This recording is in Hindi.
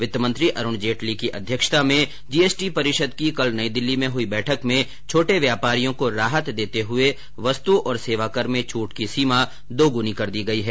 वित्त मंत्री अरूण जेटली की अध्यक्षता में जीएसटी परिषद की कल नई दिल्ली में हई बैठक में छोटे व्यापारियों को राहत देते हुए वस्तु और सेवाकर में छूट की सीमा दोग्नी कर दी गई है